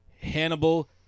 Hannibal